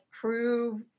prove